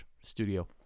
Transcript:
studio